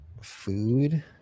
food